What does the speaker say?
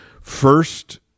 first